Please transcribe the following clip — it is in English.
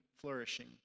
flourishing